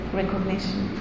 recognition